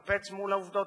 מתנפצת מול העובדות בשטח.